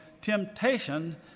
temptation